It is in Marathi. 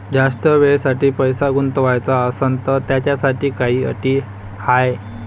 जास्त वेळेसाठी पैसा गुंतवाचा असनं त त्याच्यासाठी काही अटी हाय?